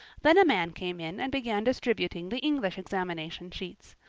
then a man came in and began distributing the english examination sheets.